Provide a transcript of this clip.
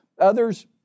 Others